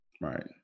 right